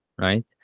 right